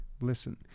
listen